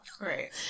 Right